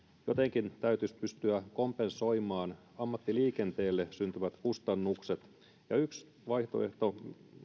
jotenkin täytyisi pystyä kompensoimaan ammattiliikenteelle syntyvät kustannukset ja yksi vaihtoehto